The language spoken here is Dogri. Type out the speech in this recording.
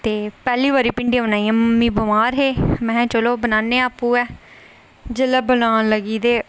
पैह्ली बारी भिंडियां बनाइयां मम्मी बमार हे महां तलो भिंडियां बनाने आं जेल्लै बनान लगी ते